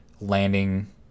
landing